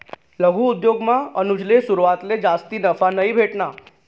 लघु उद्योगमा अनुजले सुरवातले जास्ती नफा नयी भेटना